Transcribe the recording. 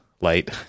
light